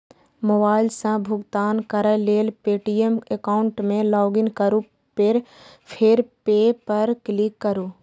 mobile सं भुगतान करै लेल पे.टी.एम एकाउंट मे लॉगइन करू फेर पे पर क्लिक करू